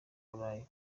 burayi